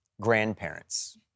grandparents